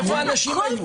איפה האנשים האלה?